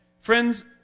Friends